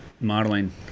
modeling